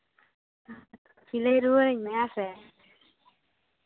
ᱥᱤᱞᱟᱹᱭ ᱨᱩᱣᱟᱹᱲᱟᱹᱧ ᱢᱮ ᱦᱮᱸᱥᱮ